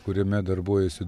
kuriame darbuojasi